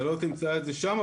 אתה לא תמצא את זה שם.